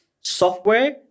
software